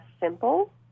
simple